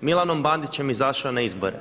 Milanom Bandićem je izašao na izbore.